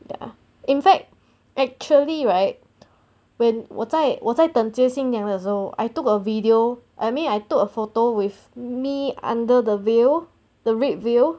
ya in fact actually right when 我在我在等接新娘的时候 I took a video I mean I took a photo with me under the veil the red veil